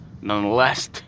Nonetheless